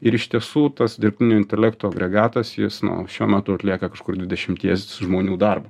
ir iš tiesų tas dirbtinio intelekto agregatas jis nu šiuo metu atlieka kažkur dvidešimties žmonių darbą